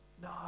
No